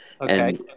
Okay